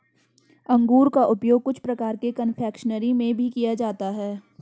अंगूर का उपयोग कुछ प्रकार के कन्फेक्शनरी में भी किया जाता है